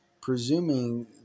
presuming